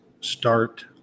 start